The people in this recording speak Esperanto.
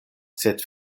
sed